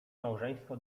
małżeństwo